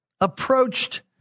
approached